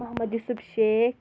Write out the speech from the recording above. Mohammad Yusuf Sheikh